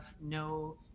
no